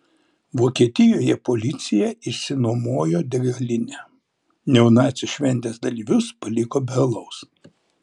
vokietijoje policija išsinuomojo degalinę neonacių šventės dalyvius paliko be alaus